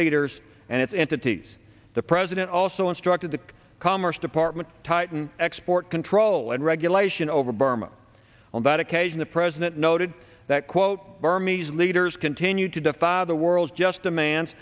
leaders and its entities the president also instructed the commerce department tighten export control and regulation over burma on that occasion the president noted that quote burmese leaders continue to defy the world just demand